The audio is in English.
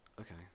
Okay